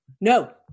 No